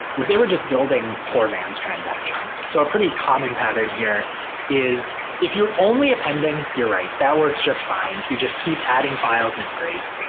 was they were just building poor man's transactions. so a pretty common pattern here is if you're only appending, you're right. that works just fine. you just keep adding files and it's great.